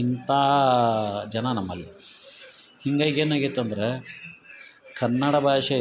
ಇಂತಾ ಜನ ನಮ್ಮಲ್ಲಿ ಹೀಗಾಗಿ ಏನಾಗೈತಂದ್ರ ಕನ್ನಡ ಭಾಷೆ